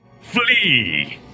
Flee